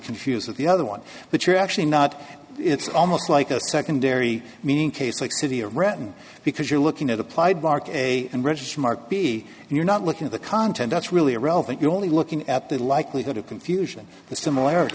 confused with the other one but you're actually not it's almost like a secondary meaning case like city or retton because you're looking at applied mark a and register mark b and you're not looking at the content that's really irrelevant you're only looking at the likelihood of confusion the similarity